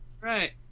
Right